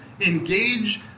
engage